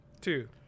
two